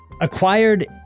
Acquired